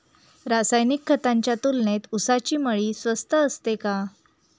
रासायनिक खतांच्या तुलनेत ऊसाची मळी स्वस्त असते का?